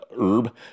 herb